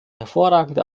hervorragende